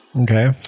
Okay